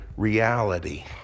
Reality